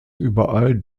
überall